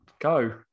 Go